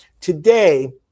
today